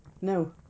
No